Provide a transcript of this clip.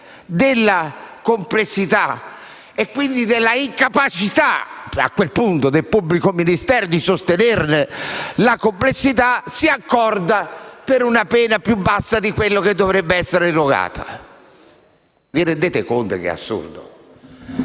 della complessità e, quindi, dell'incapacità, a quel punto, del pubblico Ministero di sostenere la complessità, egli si accorda per una pena più bassa di quella che dovrebbe essere erogata. Vi rendete conto che ciò è assurdo?